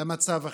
למצב החירום: